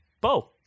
Bo